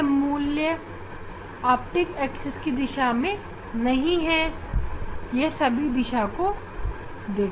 यह मूल्य optics axis की दिशा में नहीं है